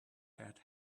had